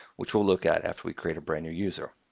which we'll look at after we create a brand-new user.